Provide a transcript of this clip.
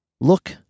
look